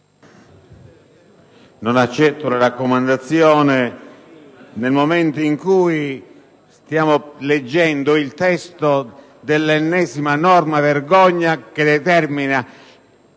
Non accetto la raccomandazione, nel momento in cui stiamo leggendo il testo dell'ennesima norma vergogna, che determina